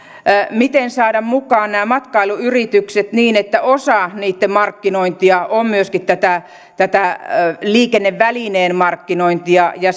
miten saada mukaan nämä matkailuyritykset niin että osa niitten markkinointia on myöskin tämä liikennevälineen markkinointi ja ja